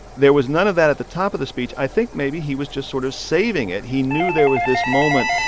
there was none of that at the top of the speech. i think maybe he was just sort of saving it. he knew there was this moment.